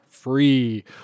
free